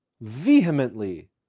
vehemently